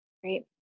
Great